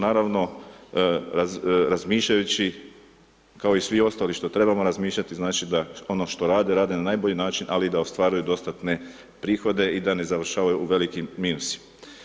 Naravno, razmišljajući kao i svi ostali što trebamo razmišljati znači da ono što rade, rade na najbolji način, ali da ostvaruju dostatne prihode i da ne završavaju u velikim minusima.